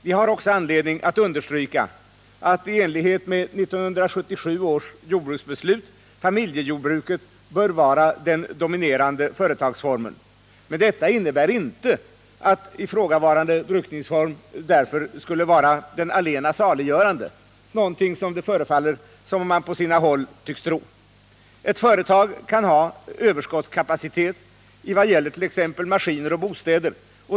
Vi har också anledning att understryka att i enlighet med 1977 års jordbruksbeslut familjejordbruket bör vara den dominerande företagsformen. Men detta innebär inte att ifrågavarande brukningsform skulle vara den allena saliggörande, något som det förefaller som om man på sina håll tycks tro. Ett företag kan ha överskottskapacitet i vad gäller t.ex. maskiner eller bostäder.